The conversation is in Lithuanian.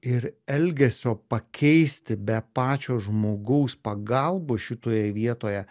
ir elgesio pakeisti be pačio žmogaus pagalbos šitoje vietoje